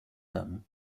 them